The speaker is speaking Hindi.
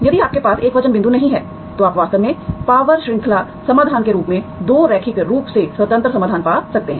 यदि आपके पास एकवचन बिंदु नहीं हैं तो आप वास्तव में पावर श्रृंखला समाधान के रूप में 2 रैखिक रूप से स्वतंत्र समाधान पा सकते हैं